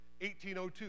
1802